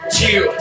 two